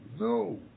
no